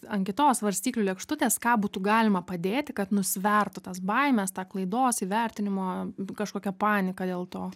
ant kitos svarstyklių lėkštutės ką būtų galima padėti kad nusvertų tas baimes tą klaidos įvertinimo kažkokią paniką dėl to